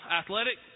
athletic